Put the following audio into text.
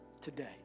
today